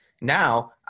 now